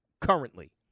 currently